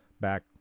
back